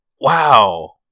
Wow